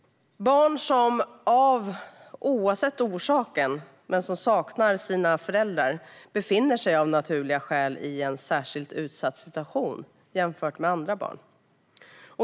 Barn som oavsett orsak saknar biologiska föräldrar befinner sig av naturliga skäl i en särskilt utsatt situation jämfört med andra barn.